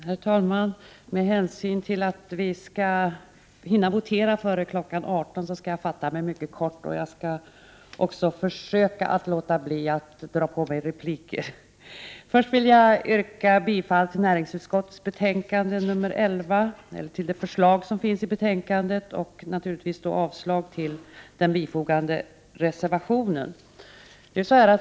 Herr talman! Med hänsyn till att vi skall hinna votera före kl. 18.00 skall jag fatta mig mycket kort. Jag skall också försöka att låta bli att dra på mig repliker. Först vill jag yrka bifall till hemställan i näringsutskottets betänkande 11 och därmed naturligtvis avslag på den bifogade reservationen.